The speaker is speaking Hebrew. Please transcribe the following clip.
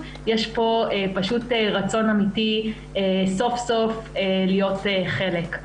יש פה פשוט רצון אמיתי סוף-סוף להיות חלק.